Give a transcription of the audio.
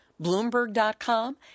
bloomberg.com